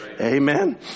Amen